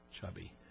Chubby